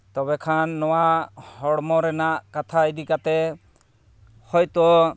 ᱛᱚᱵᱮ ᱠᱷᱟᱱ ᱱᱚᱣᱟ ᱦᱚᱲᱢᱚ ᱨᱮᱱᱟᱜ ᱠᱟᱛᱷᱟ ᱤᱫᱤ ᱠᱟᱛᱮᱫ ᱦᱳᱭ ᱛᱚ